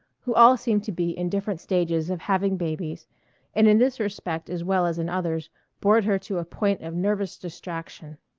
who all seemed to be in different stages of having babies and in this respect as well as in others bored her to a point of nervous distraction.